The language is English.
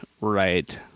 Right